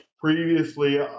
previously